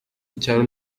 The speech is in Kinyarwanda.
icyaro